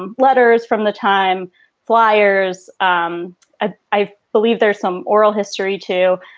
um letters from the time flyers. um ah i believe there's some oral history, too,